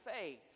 faith